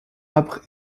âpre